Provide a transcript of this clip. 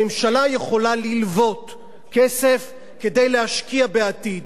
הממשלה יכולה ללוות כסף כדי להשקיע בעתיד.